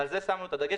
ועל זה שמנו את הדגש,